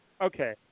Okay